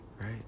right